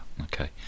okay